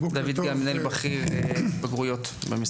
דויד גל מנהל בכיר בגרויות במשרד.